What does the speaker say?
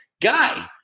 guy